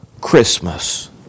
Christmas